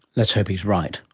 let's hope he is right.